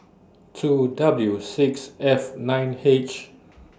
two W six F nine H